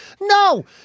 No